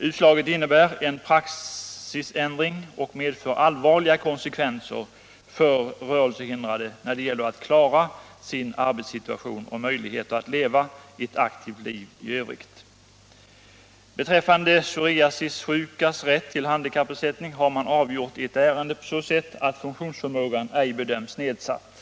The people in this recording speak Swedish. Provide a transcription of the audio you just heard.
Utslaget innebär en praxisändring och medför allvarliga konsekvenser för rörelsehindrade när det gäller att klara en arbetssituation och ha möjligheter att leva ett aktivt liv i övrigt. Beträffande psoriasissjukas rätt till handikappersättning har man avgjort ett ärende på så sätt att funktionsförmågan ej bedömts som nedsatt.